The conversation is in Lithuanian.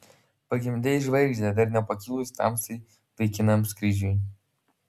pagimdei žvaigždę dar nepakilus tamsai laikinam skrydžiui